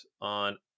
on